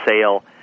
sale